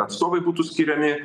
atstovai būtų skiriami